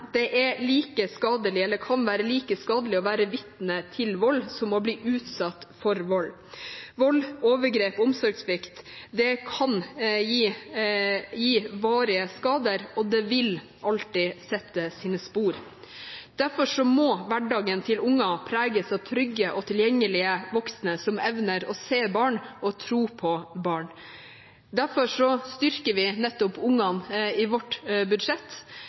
kan være like skadelig å være vitne til vold som å bli utsatt for vold. Vold, overgrep og omsorgssvikt kan gi varige skader, og det vil alltid sette sine spor. Derfor må hverdagen til barn preges av trygge og tilgjengelige voksne som evner å se barn og tro på barn. Og derfor styrker vi nettopp barna i vårt budsjett